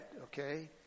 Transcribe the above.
okay